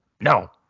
No